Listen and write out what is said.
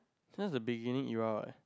sound the beginning you are what